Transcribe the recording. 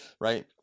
right